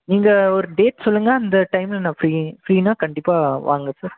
நீங்கள் ஒரு டேட் சொல்லுங்க அந்த டைமில் நான் ஃப்ரீ ஃப்ரீனால் கண்டிப்பாக வாங்க சார்